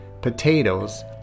potatoes